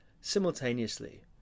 simultaneously